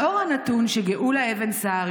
לאור הנתון שגאולה אבן סער,